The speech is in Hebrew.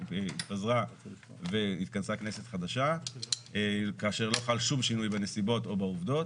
התפזרה והתכנסה כנסת חדשה כאשר לא חל שום שינוי בנסיבות או בעובדות.